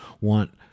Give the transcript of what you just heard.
want